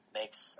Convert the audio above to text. makes